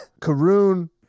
Karoon